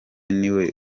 niwe